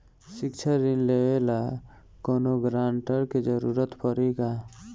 शिक्षा ऋण लेवेला कौनों गारंटर के जरुरत पड़ी का?